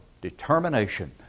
determination